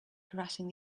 harassing